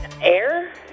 Air